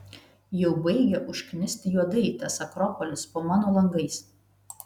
jau baigia užknisti juodai tas akropolis po mano langais